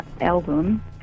album